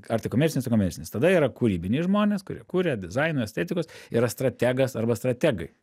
ar tai komercinis nekomercinis tada yra kūrybiniai žmonės kurie kuria dizainą estetikos yra strategas arba strategai